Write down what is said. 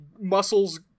muscles